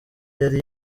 yari